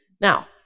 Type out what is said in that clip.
Now